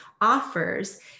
offers